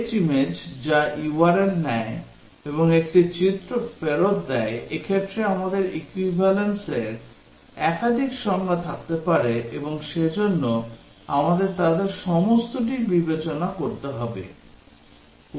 Fetch image যা URL নেয় এবং একটি চিত্র ফেরত দেয় এক্ষেত্রে আমাদের equivalenceর একাধিক সংজ্ঞা থাকতে পারে এবং সেজন্য আমাদের তাদের সমস্তটি বিবেচনা করতে হবে